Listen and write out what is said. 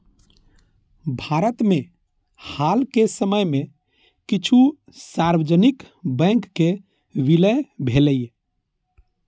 भारत मे हाल के समय मे किछु सार्वजनिक बैंकक विलय भेलैए